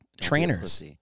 Trainers